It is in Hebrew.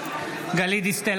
גלית דיסטל